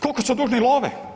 Kolko su dužni love?